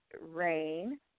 Rain